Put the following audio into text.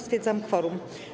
Stwierdzam kworum.